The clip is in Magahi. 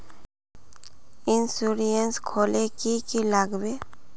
इंश्योरेंस खोले की की लगाबे?